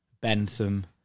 Bentham